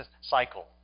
cycle